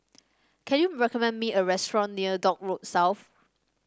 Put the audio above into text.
can you recommend me a restaurant near Dock Road South